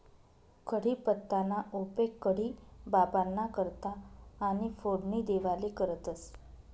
कढीपत्ताना उपेग कढी बाबांना करता आणि फोडणी देवाले करतंस